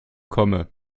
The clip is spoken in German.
komme